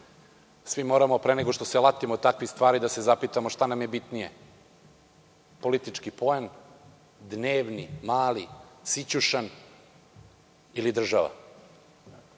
moramo pre nego što se latimo takvih stvari da se zapitamo šta nam je bitnije – politički poen, dnevni, mali, sićušan ili država?